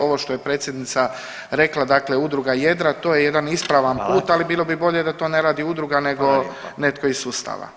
Ovo što je predsjednica rekla, dakle udruga „Jedra“ to je jedan ispravan put [[Upadica Radin: Hvala.]] ali bilo bi bolje da to ne radi udruga, nego netko iz sustava.